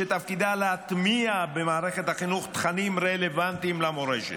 שתפקידה להטמיע במערכת החינוך תכנים רלוונטיים למורשת.